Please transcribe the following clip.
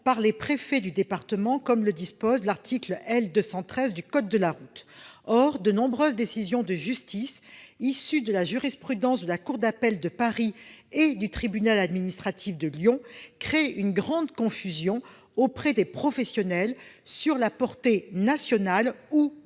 par les préfets de département, comme le dispose l'article L. 213-1 du code de la route. Or, de nombreuses décisions de justice issues de la jurisprudence de la cour d'appel de Paris et du tribunal administratif de Lyon créent une grande confusion auprès des professionnels sur la portée nationale ou